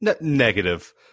Negative